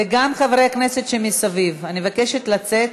וגם חברי הכנסת שמסביב, אני מבקשת לצאת.